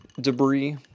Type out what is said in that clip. debris